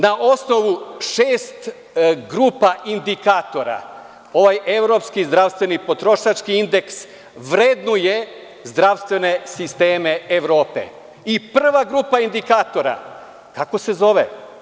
Na osnovu šest grupa indikatora ovaj Evropski zdravstveni potrošački indeks vrednuje zdravstvene sisteme Evrope i prva grupa indikatora, kako se zove?